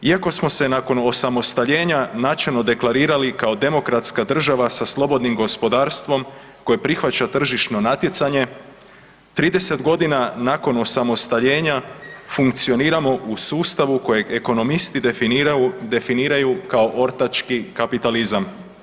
Iako smo se nakon osamostaljenja načelno deklarirali kao demokratska država sa slobodnim gospodarstvom, koje prihvaća tržišno natjecanje, 30 godina nakon osamostaljenja, funkcioniramo u sustavu kojeg ekonomisti definiraju kao ortački kapitalizam.